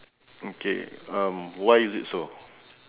okay um why is that so